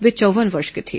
वे चौव्वन वर्ष के थे